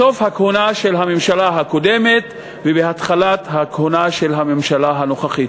בסוף הכהונה של הממשלה הקודמת ובהתחלת הכהונה של הממשלה הנוכחית.